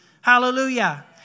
Hallelujah